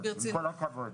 עם כל הכבוד.